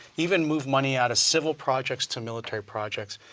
even move money out of civil projects to military projects,